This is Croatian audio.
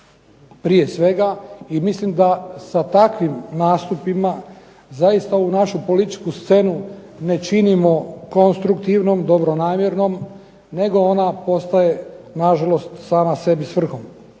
prije svega i mislim da sa takvim nastupima zaista ovu političku scenu ne činimo konstruktivnom, dobronamjernom nego ona postaje nažalost sama sebi svrhom,